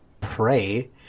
pray